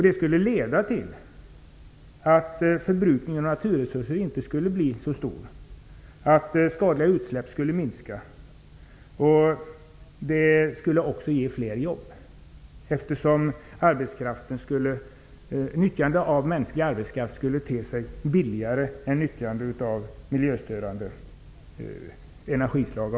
Det skulle leda till att förbrukningen av naturresurser inte skulle bli så stor och att skadliga utsläpp skulle minska. Det skulle också ge fler jobb, eftersom nyttjande av mänsklig arbetskraft skulle te sig billigare än användning av olika miljöstörande energislag.